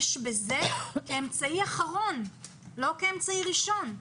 בזה כאמצעי אחרון ולא כאמצעי ראשון.